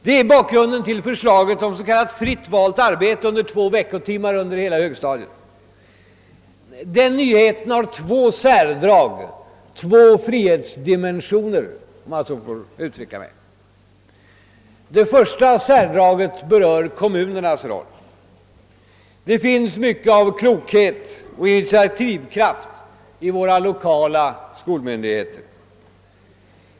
Det är bakgrunden till förslaget om s.k. fritt valt arbete två veckotimmar under hela högstadiet. Den nyheten har två särdrag — två frihetsdimensioner, om jag så får uttrycka mig. Det första särdraget berör kommunernas roll. Det finns mycket av klokhet och initiativkraft hos våra lokala skolmyndigheter.